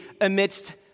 amidst